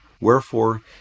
Wherefore